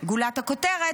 גולת הכותרת,